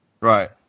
Right